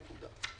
נקודה.